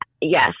Yes